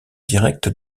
direct